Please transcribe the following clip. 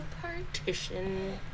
partition